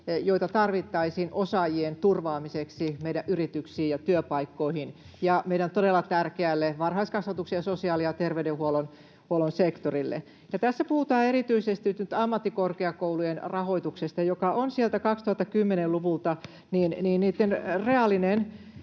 joita tarvittaisiin osaajien turvaamiseksi meidän yrityksiin ja työpaikkoihin ja meidän todella tärkeälle varhaiskasvatuksen ja sosiaali‑ ja terveydenhuollon sektorille. Tässä puhutaan erityisesti nyt ammattikorkeakoulujen rahoituksesta, joka on sieltä 2010-luvulta laskenut,